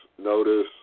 notice